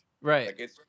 Right